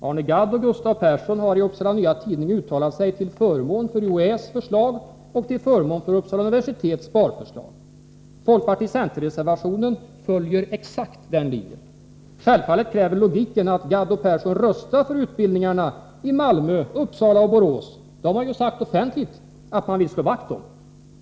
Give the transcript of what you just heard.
Arne Gadd och Gustav Persson har i Upsala Nya Tidning uttalat sig till förmån för UHÄ:s förslag och till förmån för Uppsala universitets sparförslag. Fp-creservationen följer exakt den linjen. Självfallet kräver logiken att Gadd och Persson röstar för utbildningarna i Malmö, Uppsala och Borås. De har ju sagt offentligt att de vill slå vakt om dessa utbildningar.